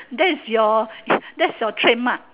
that is your that's your trademark